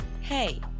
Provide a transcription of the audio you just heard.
hey